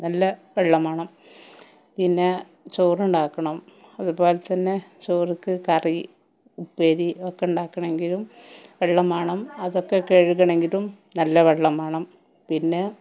നല്ല വെള്ളം വേണം പിന്നെ ചോറ് ഉണ്ടാക്കണം അതുപോലെ തന്നെ ചോറിന് കറി ഉപ്പേരി ഒക്കെ ഉണ്ടാക്കണമെങ്കിലും വെള്ളം വേണം അതൊക്കെ കഴുകണമെങ്കിലും നല്ല വെള്ളം വേണം